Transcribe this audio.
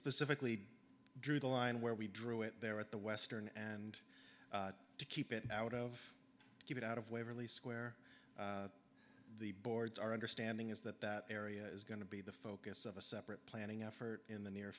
specifically drew the line where we drew it there at the western and to keep it out of get out of waverly square the board's our understanding is that that area is going to be the focus of a separate planning effort in the near